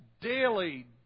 daily